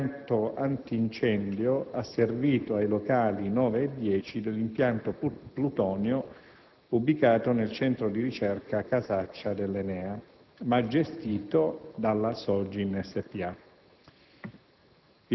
dell'impianto anti-incendio asservito ai locali 9 e 10 dell'impianto Plutonio ubicato nel centro di ricerca Casaccia dell'ENEA, ma gestito dalla SOGIN S.p.a.